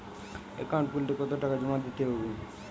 Account খুলতে কতো টাকা জমা দিতে হবে?